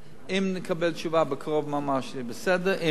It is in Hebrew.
אם נקבל תשובה בקרוב ממש יהיה בסדר, אם לא,